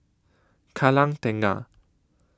Kallang Tengah